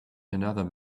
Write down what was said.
another